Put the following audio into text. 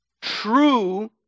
true